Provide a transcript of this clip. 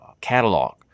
catalog